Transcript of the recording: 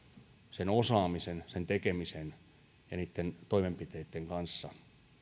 sen osaamisen sen tekemisen ja niitten toimenpiteitten kanssa